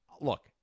look